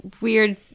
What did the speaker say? weird